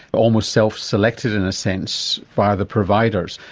almost self-selected in a sense by the providers?